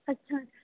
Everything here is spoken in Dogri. अच्छा